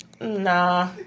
Nah